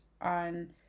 on